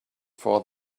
for